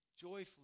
joyfully